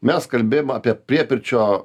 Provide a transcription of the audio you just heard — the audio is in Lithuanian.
mes kalbėjom apie priepirčio